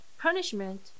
punishment